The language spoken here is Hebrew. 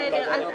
בסדר.